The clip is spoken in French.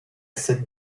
sept